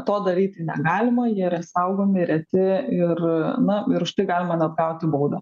to daryti negalima jie yra saugomi reti ir na ir už tai galima net gauti baudą